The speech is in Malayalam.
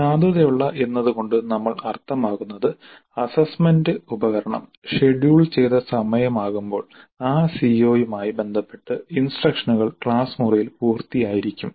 സാധുതയുള്ള എന്നതുകൊണ്ട് നമ്മൾ അർത്ഥമാക്കുന്നത് അസ്സസ്സ്മെന്റ് ഉപകരണം ഷെഡ്യൂൾ ചെയ്ത സമയം ആകുമ്പോൾ ആ സിഒയുമായി ബന്ധപ്പെട്ട ഇൻസ്ട്രക്ഷനുകൾ ക്ലാസ് മുറിയിൽ പൂർത്തിയായിരിക്കും